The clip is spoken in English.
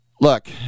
look